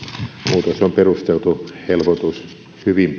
muutos on perusteltu helpotus hyvin